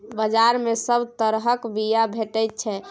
बजार मे सब तरहक बीया भेटै छै